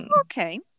Okay